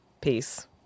Peace